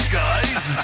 guys